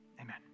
amen